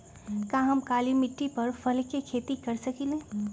का हम काली मिट्टी पर फल के खेती कर सकिले?